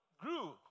grew